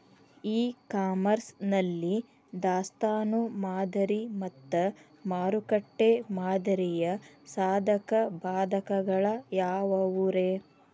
E commerce ನಲ್ಲಿ ದಾಸ್ತಾನು ಮಾದರಿ ಮತ್ತ ಮಾರುಕಟ್ಟೆ ಮಾದರಿಯ ಸಾಧಕ ಬಾಧಕಗಳ ಯಾವವುರೇ?